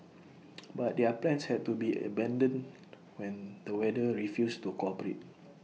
but their plans had to be abandoned when the weather refused to cooperate